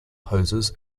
hoses